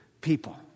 people